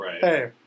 hey